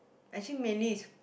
actually mainly is